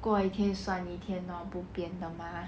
过一天算一天 lor bo pian 的 mah